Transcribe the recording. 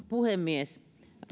puhemies